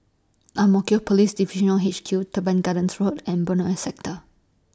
Ang Mo Kio Police Divisional H Q Teban Gardens Road and Benoi Sector